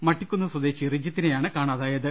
മട്ടിക്കുന്ന് സ്വദേശി റിജിത്തിനെ യാണ് കാണാതായത്